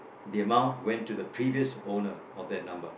the amount went to the previous owner of that number